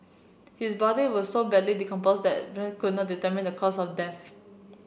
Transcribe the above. his body was so badly decomposed that could not determine the cause of death